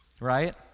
right